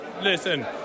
listen